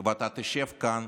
ואתה תשב כאן